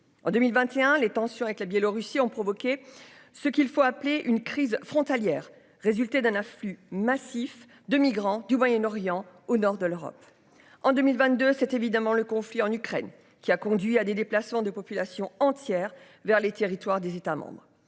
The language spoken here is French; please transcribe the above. en 2021. Les tensions avec la Biélorussie ont provoqué ce qu'il faut appeler une crise frontalière résulter d'un afflux massif de migrants du Moyen-Orient au nord de l'Europe en 2022, c'est évidemment le conflit en Ukraine qui a conduit à des déplacements de populations entières vers les territoires des États, dans